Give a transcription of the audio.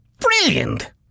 Brilliant